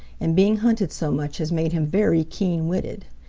and being hunted so much has made him very keen-witted.